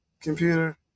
computer